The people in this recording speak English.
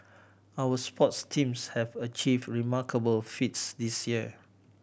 our sports teams have achieved remarkable feats this year